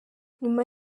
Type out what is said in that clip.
nyuma